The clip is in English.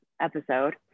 episode